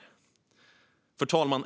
Fru talman!